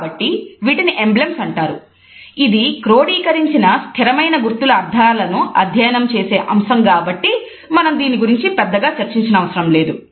కాబట్టి వీటిని ఎంబ్లెమ్స్ అంటారు ఇది క్రోడీకరించిన స్థిరమైన గుర్తుల అర్థాలను అధ్యయనం చేసే అంశం కాబట్టి మనం దీని గురించి పెద్దగా చర్చించనవసరం లేదు